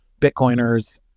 Bitcoiners